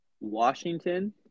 Washington